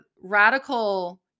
radical